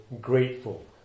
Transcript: grateful